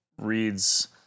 reads